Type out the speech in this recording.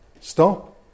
stop